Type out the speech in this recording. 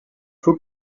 faut